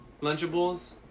Lunchables